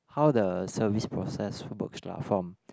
how the service process works lah from